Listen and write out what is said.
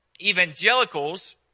evangelicals